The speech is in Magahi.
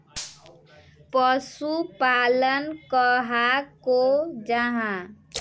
पशुपालन कहाक को जाहा?